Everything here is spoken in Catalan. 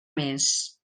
més